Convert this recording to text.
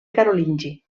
carolingi